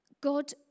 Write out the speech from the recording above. God